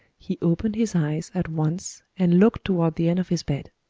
he opened his eyes at once and looked toward the end of his bed.